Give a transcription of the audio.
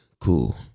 Cool